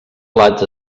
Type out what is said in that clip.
plats